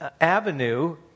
avenue